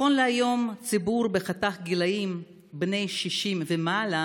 נכון להיום ציבור בחתך גילים של בני 60 ומעלה